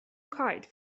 kite